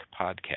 Podcast